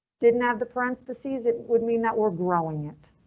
didn't have the parentheses. it would mean that we're growing it.